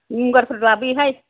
गंगारफोर लाबोयोहाय